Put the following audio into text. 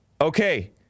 Okay